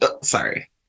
sorry